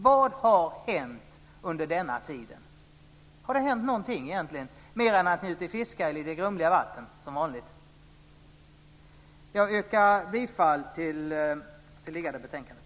Vad har hänt under denna tid? Har det hänt någonting, egentligen, mer än att ni är ute och fiskar i lite grumliga vatten som vanligt? Jag yrkar bifall till förslaget i betänkandet.